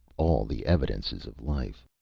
all the evidences of life.